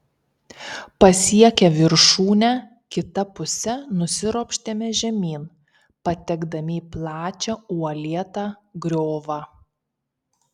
pasiekę viršūnę kita puse nusiropštėme žemyn patekdami į plačią uolėtą griovą